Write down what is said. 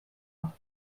nach